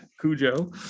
Cujo